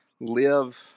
live